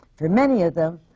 for many of them,